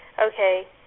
okay